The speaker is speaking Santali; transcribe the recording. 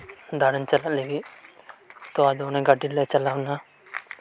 ᱫᱟᱲᱟᱱ ᱪᱟᱞᱟᱜ ᱞᱟᱹᱜᱤᱫ ᱛᱚ ᱟᱫᱚ ᱚᱱᱟᱜᱟᱹᱰᱤ ᱨᱮᱞᱮ ᱪᱟᱞᱟᱣᱮᱱᱟ